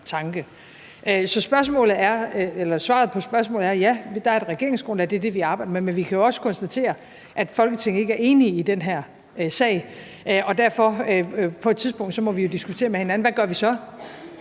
tanke. Så svaret på spørgsmålet er: Ja, der er et regeringsgrundlag, og det er det, vi arbejder med, men vi kan jo også konstatere, at Folketinget ikke er enige i den her sag, og derfor må vi jo på et tidspunkt diskutere med hinanden, hvad vi så